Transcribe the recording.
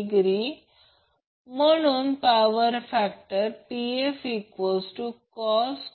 त्याबरोबरच दुसरी गोष्ट